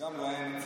וגם להם,